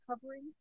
covering